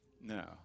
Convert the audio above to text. No